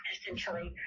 Essentially